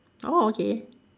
oh okay